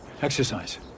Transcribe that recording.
exercise